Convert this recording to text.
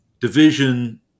division